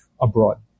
abroad